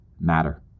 matter